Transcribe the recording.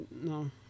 No